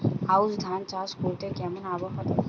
আউশ ধান চাষ করতে কেমন আবহাওয়া দরকার?